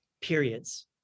periods